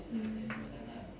mm